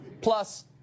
Plus